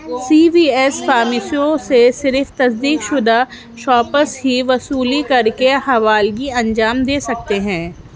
سی V S pharmacies سے صرف تصدیق شدہ شاپرس ہی وصولی کر کے حوالگی انجام دے سکتے ہیں